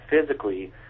physically